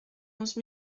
onze